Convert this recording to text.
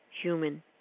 human